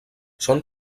són